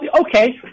okay